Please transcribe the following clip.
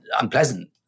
Unpleasant